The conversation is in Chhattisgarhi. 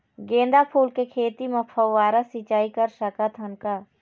गेंदा फूल के खेती म फव्वारा सिचाई कर सकत हन का?